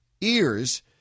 ears